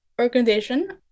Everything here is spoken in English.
organization